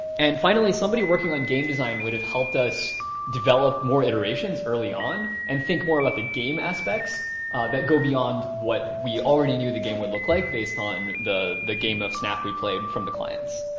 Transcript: and finally, somebody working on game design would have helped us develop more iterations early on and think more about the game aspects that go beyond what we already knew the game would look like based on the the game of snap we played from the clients.